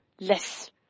less